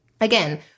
Again